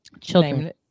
children